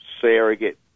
surrogate